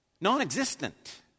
Non-existent